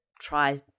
try